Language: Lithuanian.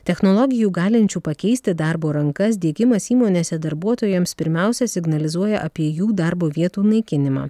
technologijų galinčių pakeisti darbo rankas diegimas įmonėse darbuotojams pirmiausia signalizuoja apie jų darbo vietų naikinimą